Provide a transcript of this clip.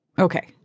Okay